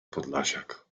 podlasiak